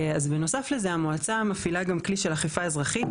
אז בנוסף לזה המועצה מפעילה גם כלי של אכיפה אזרחית